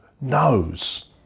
knows